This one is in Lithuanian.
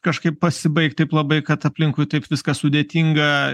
kažkaip pasibaigt taip labai kad aplinkui taip viskas sudėtinga